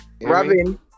Robin